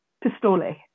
pistole